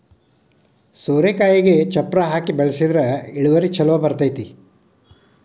ಸೋರೆಕಾಯಿಗೆ ಚಪ್ಪರಾ ಹಾಕಿ ಬೆಳ್ಸದ್ರ ಇಳುವರಿ ಛಲೋ ಬರ್ತೈತಿ